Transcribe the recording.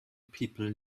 people